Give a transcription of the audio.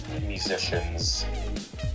musicians